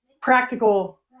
practical